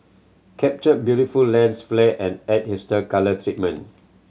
capture beautiful lens flare and add hipster colour treatment